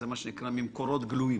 זה ממקורות גלויים